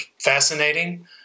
fascinating